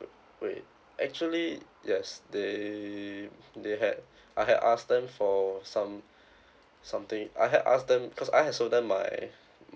wa~ wait actually yes they they had I had asked them for some something I had asked them because I had sold them my